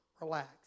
relax